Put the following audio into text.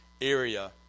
area